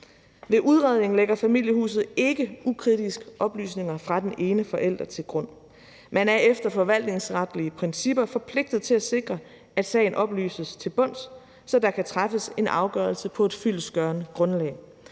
Ved udredningen lægger Familieretshuset ikke ukritisk oplysninger fra den ene forælder til grund. Man er efter forvaltningsretlige principper forpligtet til at sikre, at sagen oplyses til bunds, så der kan træffes en afgørelse på et fyldestgørende grundlag.